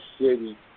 city